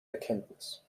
erkenntnis